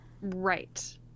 Right